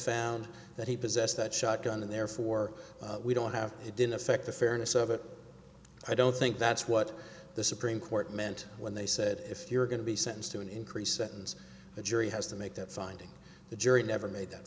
found that he possessed that shotgun and therefore we don't have he didn't affect the fairness of it i don't think that's what the supreme court meant when they said if you're going to be sentenced to an increase and the jury has to make that finding the jury never made that